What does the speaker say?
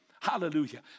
Hallelujah